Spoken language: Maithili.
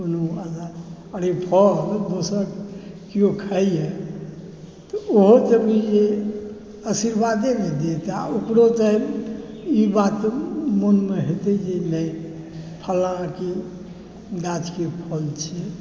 कोनो अरे फल दोसर किओ खाइए तऽ ओहो तऽ बुझिऔ जे आशीर्वादे ने देत आओर ओकरो तऽ ई बात तऽ मोनमे हेतै जे नहि फलाँके गाछके फल छिए